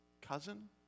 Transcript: Cousin